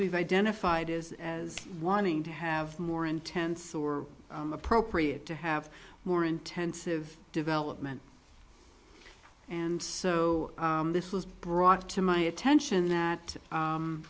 we've identified as as wanting to have more intense or appropriate to have more intensive development and so this was brought to my attention that